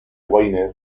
wayne